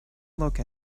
look